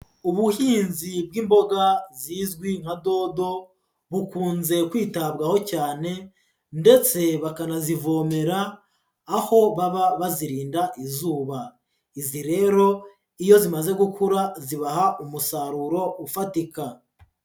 Ubuhinzi bw'imboga zizwi nka dodo bukunze kwitabwaho cyane ndetse bakanazivomera aho baba bazirinda izuba, izi rero iyo zimaze gukura zibaha umusaruro ufatika.